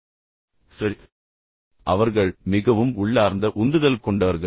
இறுதியாக நான் சொன்னது போல் அவர்கள் மிகவும் உள்ளார்ந்த உந்துதல் கொண்டவர்கள்